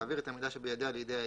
תעביר את המידע שבידיה לידי העירייה,